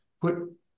put